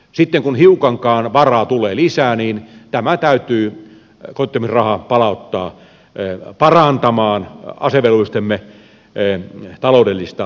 sitten kun hiukankaan varaa tulee lisää niin tämä kotiuttamisraha täytyy palauttaa parantamaan asevelvollistemme taloudellista asemaa